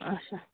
آچھا